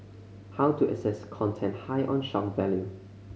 how to assess content high on shock value